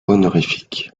honorifique